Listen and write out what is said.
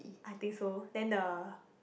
I think so then the